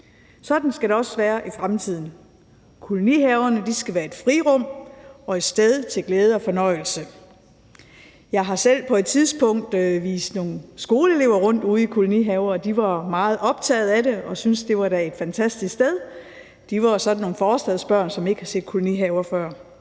Sådan skal det også være i fremtiden. Kolonihaverne skal være et frirum og et sted til glæde og fornøjelse. Jeg har selv på et tidspunkt vist nogle skoleelever rundt ude i kolonihaver, og de var meget optagede af det og syntes, at det da var et fantastisk sted. De var jo sådan nogle forstadsbørn, som ikke havde set kolonihaver før.